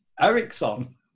Ericsson